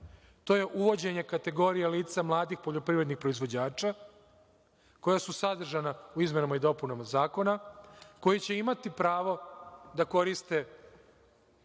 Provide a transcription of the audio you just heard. to je uvođenje kategorije lica mladih poljoprivrednih proizvođača, koja su sadržana u izmenama i dopunama zakona, koji će imati pravo da koriste